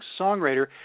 songwriter